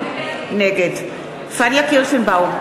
נגד פניה קירשנבאום,